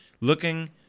looking